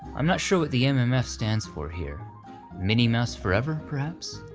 i'm not sure what the mmf stands for here minnie mouse forever, perhaps?